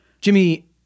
Jimmy